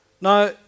Now